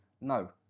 No